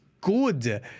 good